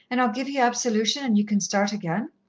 and i'll give ye absolution, and ye can start again?